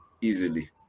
easily